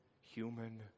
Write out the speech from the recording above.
human